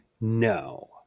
no